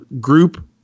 group